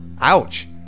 Ouch